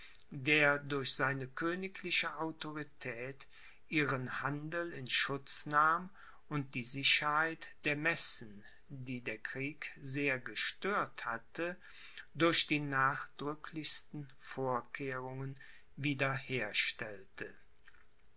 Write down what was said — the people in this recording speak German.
der durch seine königliche autorität ihren handel in schutz nahm und die sicherheit der messen die der krieg sehr gestört hatte durch die nachdrücklichsten vorkehrungen